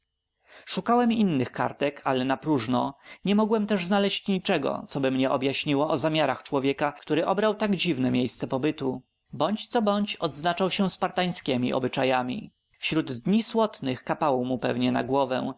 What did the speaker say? szukałem innych kartek ale napróżno nie mogłem też znaleźć niczego coby mnie objaśniło o zamiarach człowieka który obrał tak dziwne miejsce pobytu bądź co bądź odznaczał się spartańskiemi obyczajami wśród dni słotnych kapało mu pewno na głowę